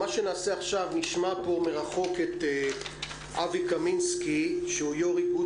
עכשיו נשמע מרחוק את אבי קמינסקי יו"ר איגוד